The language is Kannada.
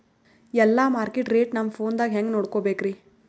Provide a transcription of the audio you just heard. ಎಲ್ಲಾ ಮಾರ್ಕಿಟ ರೇಟ್ ನಮ್ ಫೋನದಾಗ ಹೆಂಗ ನೋಡಕೋಬೇಕ್ರಿ?